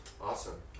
Awesome